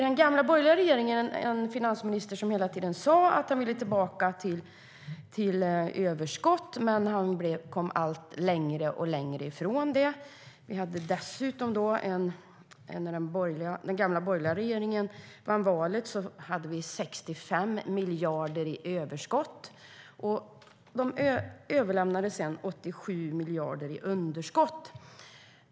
Den gamla borgerliga regeringen hade en finansminister som hela tiden sa att han ville tillbaka till överskott, men han kom allt längre ifrån det. Dessutom fanns det 65 miljarder i överskott när de borgerliga vann valet. Sedan överlämnade den borgerliga regeringen 87 miljarder i underskott.